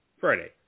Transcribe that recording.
Friday